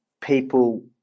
people